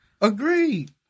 Agreed